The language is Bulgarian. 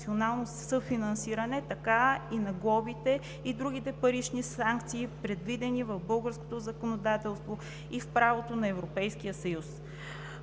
национално съфинансиране, така и на глобите и другите парични санкции, предвидени в българското законодателство и в правото на Европейския съюз.